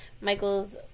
Michael's